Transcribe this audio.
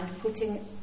putting